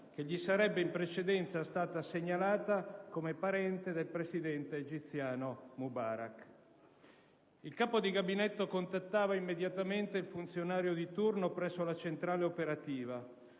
che gli sarebbe in precedenza stata segnalata come parente del presidente egiziano Mubarak. Il capo di gabinetto contattava immediatamente il funzionario di turno presso la centrale operativa